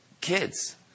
Kids